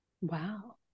wow